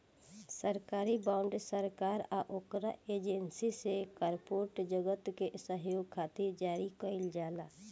सरकारी बॉन्ड सरकार आ ओकरा एजेंसी से कॉरपोरेट जगत के सहयोग खातिर जारी कईल जाला